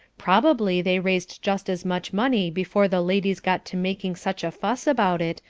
probably they raised just as much money before the ladies got to making such a fuss about it,